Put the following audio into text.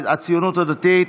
יולי יואל אדלשטיין,